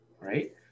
right